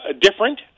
different